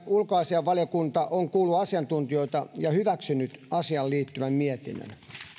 ulkoasiainvaliokunta on kuullut asiantuntijoita ja hyväksynyt asiaan liittyvän mietinnön